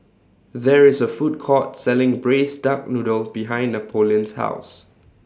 There IS A Food Court Selling Braised Duck Noodle behind Napoleon's House